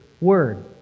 Word